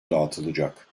dağıtılacak